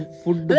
food